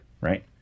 right